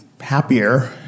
happier